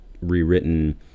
rewritten